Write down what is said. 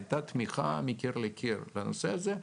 הייתה תמיכה מקיר לקיר בנושא הזה.